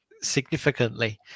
significantly